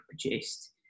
produced